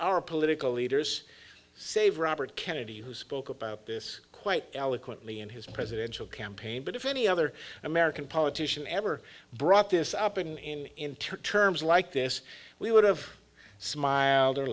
our political leaders save robert kennedy who spoke about this quite eloquently in his presidential campaign but if any other american politician ever brought this up in inter terms like this we would have smiled or